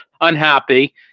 unhappy